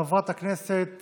חברת הכנסת